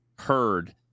heard